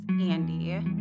Andy